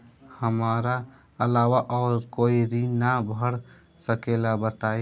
हमरा अलावा और कोई ऋण ना भर सकेला बताई?